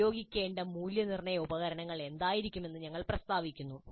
ഉപയോഗിക്കേണ്ട മൂല്യനിർണ്ണയ ഉപകരണങ്ങൾ എന്തായിരിക്കുമെന്ന് ഞങ്ങൾ പ്രസ്താവിക്കുന്നു